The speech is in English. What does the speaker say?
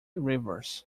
rivers